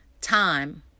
time